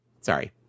Sorry